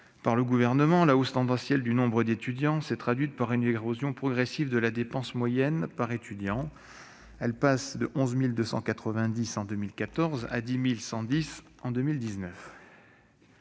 par le Gouvernement, la hausse tendancielle du nombre d'étudiants s'est traduite par une érosion progressive de la dépense moyenne par étudiant, passée de 11 290 euros en 2014 à 10 110 euros en 2019.